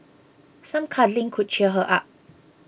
some cuddling could cheer her up